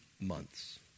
months